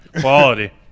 Quality